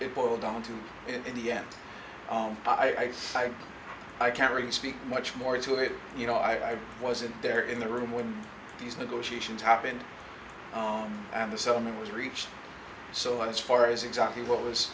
it boiled down to in the end on i guess i can't really speak much more to it you know i wasn't there in the room when these negotiations happened and the settlement was reached so as far as exactly what was